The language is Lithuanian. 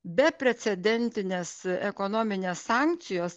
beprecedentinės ekonominės sankcijos